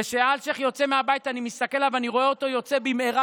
כשאלשיך יוצא מהבית אני מסתכל עליו ואני רואה אותו יוצא במהרה,